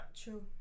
True